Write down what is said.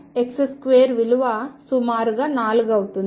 ⟨x⟩2 విలువ సుమారుగా 4 అవుతుంది